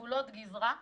גבולות גזרה,